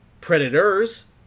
Predators